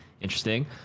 interesting